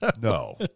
No